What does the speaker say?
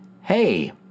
Hey